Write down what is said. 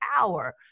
hour